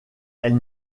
elle